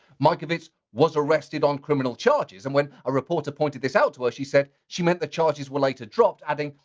mikovits was arrested on criminal charges. and when a reporter pointed this out to her she said, she meant the charges were like later dropped adding,